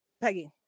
Peggy